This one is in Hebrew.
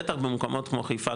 בטח במקומות כמו חיפה,